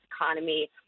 economy